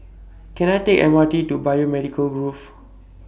Can I Take M R T to Biomedical Grove